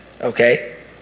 okay